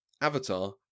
Avatar